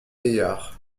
vieillard